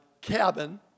cabin